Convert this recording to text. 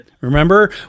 Remember